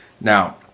Now